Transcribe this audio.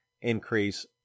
increase